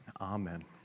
amen